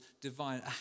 divine